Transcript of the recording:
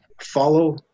follow